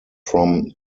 from